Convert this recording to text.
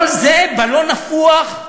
כל זה בלון נפוח.